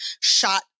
shot